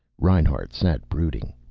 reinhart sat brooding,